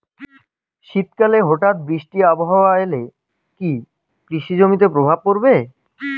শীত কালে হঠাৎ বৃষ্টি আবহাওয়া এলে কি কৃষি তে প্রভাব পড়বে?